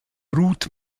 ruth